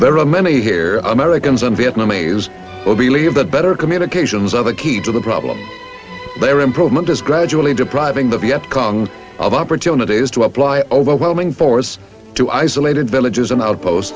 there are many here americans and vietnamese believe that better communications other key to the problem their improvement is gradually depriving the vietcong of opportunities to apply overwhelming force to isolated villages and outpost